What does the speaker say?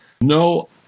No